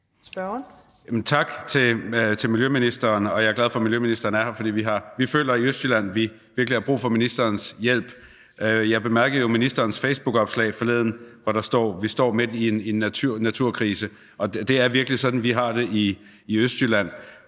Tak til miljøministeren. Jeg er glad for, at miljøministeren er her, for vi føler i Østjylland, at vi virkelig har brug for ministerens hjælp. Jeg bemærkede jo ministerens facebookopslag forleden, hvor der stod, at vi står midt i en naturkrise. Det er virkelig sådan, vi har det i Østjylland.